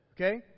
Okay